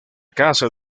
casa